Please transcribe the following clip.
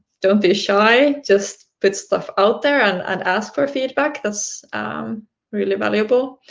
don't be shy. just put stuff out there and and ask for feedback. that's really valuable.